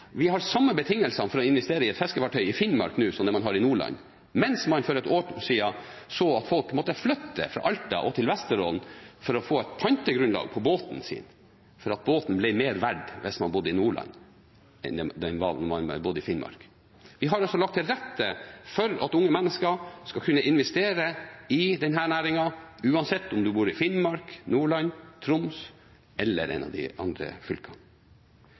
man har i Nordland, mens man for et år siden så at folk måtte flytte fra Alta til Vesterålen for å få et pantegrunnlag på båten sin, fordi båten var mer verdt hvis man bodde i Nordland enn den var om man bodde i Finnmark. Vi har altså lagt til rette for at unge mennesker skal kunne investere i denne næringen uansett om man bor i Finnmark, Nordland, Troms eller i et av de andre fylkene.